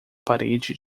parede